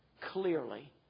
clearly